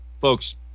folks